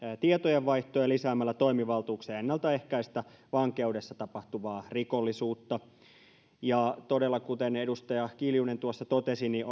tietojenvaihtoa ja lisäämällä toimivaltuuksia ennaltaehkäistä vankeudessa tapahtuvaa rikollisuutta ja todella kuten edustaja kiljunen tuossa totesi niin